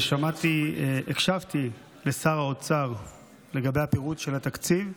והקשבתי לשר האוצר לגבי הפירוט של התקציב.